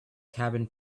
cabin